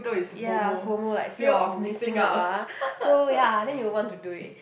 ya Fomo like fear of missing out ah so ya then you will want to do it